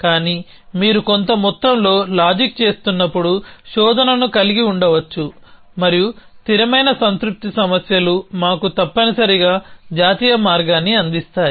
కానీ మీరు కొంత మొత్తంలో లాజిక్ చేస్తున్నప్పుడు శోధనను కలిగి ఉండవచ్చు మరియు స్థిరమైన సంతృప్తి సమస్యలు మాకు తప్పనిసరిగా జాతీయ మార్గాన్ని అందిస్తాయి